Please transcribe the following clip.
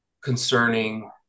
concerning